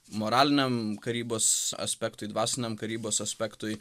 moraliniam karybos aspektui dvasiniam karybos aspektui